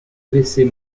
laissez